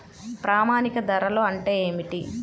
ప్రామాణిక ధరలు అంటే ఏమిటీ?